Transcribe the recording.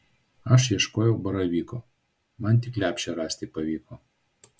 aš ieškojau baravyko man tik lepšę rasti pavyko